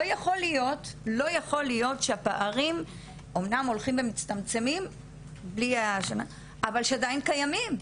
לא יכול להיות שהפערים אמנם הולכים ומצטמצמים אבל שעדיין קיימים.